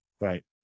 Right